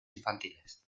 infantiles